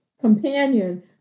companion